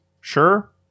sure